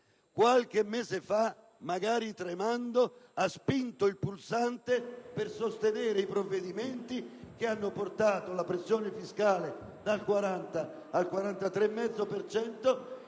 qualche mese fa, magari tremando, egli ha spinto il pulsante per sostenere i provvedimenti che hanno portato la pressione fiscale dal 40 al 43,5